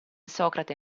socrate